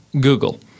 Google